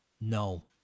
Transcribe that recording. No